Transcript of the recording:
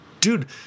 dude